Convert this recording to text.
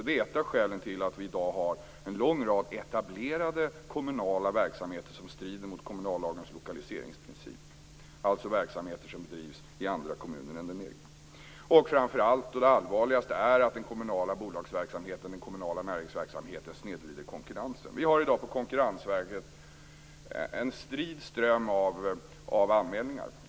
Det är ett av skälen till att vi i dag har en lång rad etablerade kommunala verksamheter som strider mot kommunallagens lokaliseringsprincip. Det gäller alltså verksamheter som bedrivs i andra kommuner än den egna. Det allvarligaste är att den kommunala bolagsverksamheten och den kommunala näringsverksamheten snedvrider konkurrensen. Vi har i dag på Konkurrensverket en strid ström av anmälningar.